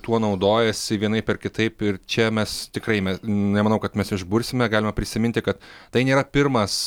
tuo naudojasi vienaip ar kitaip ir čia mes tikrai mes nemanau kad mes išbursime galima prisiminti kad tai nėra pirmas